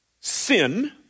sin